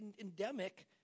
endemic